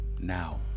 now